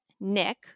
Nick